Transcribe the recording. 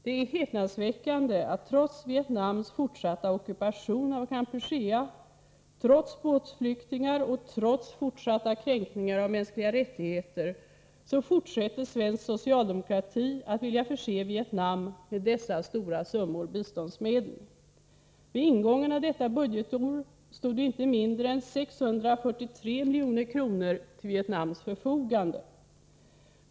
Det är häpnadsväckande att svensk socialdemokrati trots Vietnams fortsatta ockupation av Kampuchea, trots båtflyktingar och trots fortsatta kränkningar av mänskliga rättigheter fortsätter att vilja förse Vietnam med dessa stora summor biståndsmedel. Vid ingången av detta budgetår stod inte mindre än 643 milj.kr. till Vietnams förfogande.